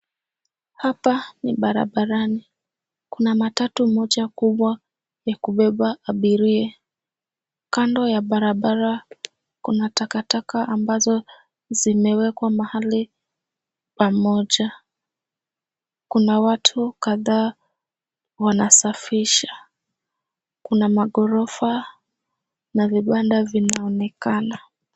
Hapa ni barabarani kuna matatu moja kubwa ya kubeba abiria. Kando ya barabara kuna takataka ambazo zimewekwa mahali pamoja. Kuna watu kadhaa wanasafisha. Kuna magorofa na vibanda vinaonekana.